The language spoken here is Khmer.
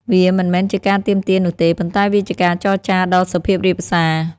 វាមិនមែនជាការទាមទារនោះទេ ប៉ុន្តែវាជាការចរចាដ៏សុភាពរាបសារ។